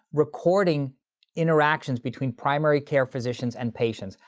recording interactions between primary care physicians and patients.